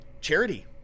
charity